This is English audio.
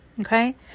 okay